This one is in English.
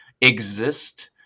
Exist